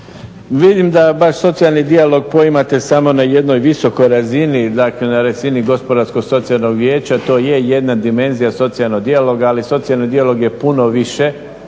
Vidim da vaš socijalni dijalog poimate samo na jednoj visokoj razini, dakle na razini Gospodarskog socijalnog vijeća. To je jedna dimenzija socijalnog dijaloga, ali socijalni dijalog je puno više